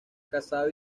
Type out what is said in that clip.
casado